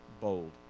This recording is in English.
bold